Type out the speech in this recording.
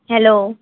hello